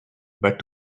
but